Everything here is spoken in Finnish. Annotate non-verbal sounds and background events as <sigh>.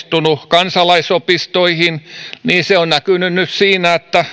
ovat kohdistuneet kansalaisopistoihin niin se on näkynyt nyt siinä että <unintelligible>